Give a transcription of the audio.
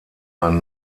man